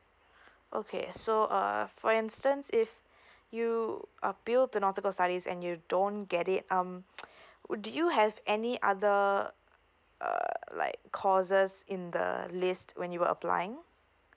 okay so uh for instance if you appeal to nautical studies and you don't get it um do you have any other err like courses in the list when you were applying